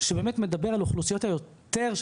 שבאמת מדבר על האוכלוסיות היותר,